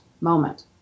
moment